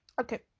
Okay